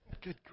Good